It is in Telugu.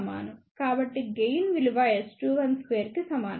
కాబట్టి గెయిన్ విలువ S21 2 కి సమానం